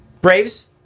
Braves